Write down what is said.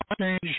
Change